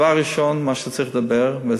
דבר ראשון שצריך לדבר עליו,